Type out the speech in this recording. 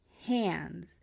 hands